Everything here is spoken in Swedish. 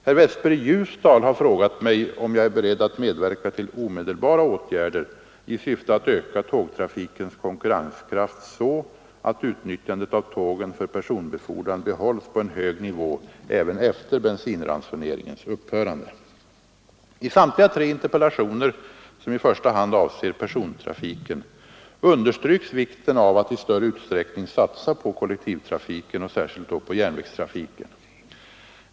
Herr Westberg i Ljusdal har frågat mig, om jag är beredd att medverka till omedelbara åtgärder i syfte att öka tågtrafikens konkurrenskraft så att utnyttjandet av tågen för personbefordran behålls på en hög nivå även efter bensinransoneringens upphörande. I samtliga tre interpellationer — som i första hand avser persontrafiken — understryks vikten av att i större utsträckning satsa på kollektivtrafiken och särskilt då på järnvägstrafiken.